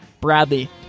Bradley